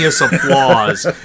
applause